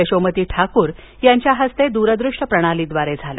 यशोमती ठाकूर यांच्या हस्ते द्रदृश्य प्रणालीद्वारे झालं